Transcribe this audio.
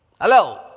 Hello